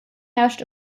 herrscht